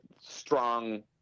strong